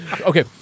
Okay